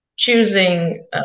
choosing